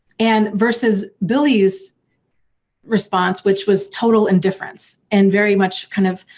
and versus billy's response which was total indifference and very much kind of,